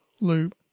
loop